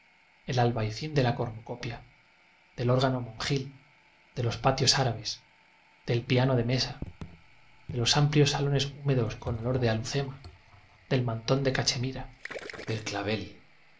el albayzín de la cornucopia del órgano monjil de los patios árabes del piano de mesa de los amplios salones hú medos con olor de alhucema del mantón de cachemira del c